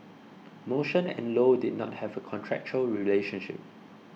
Motion and Low did not have a contractual relationship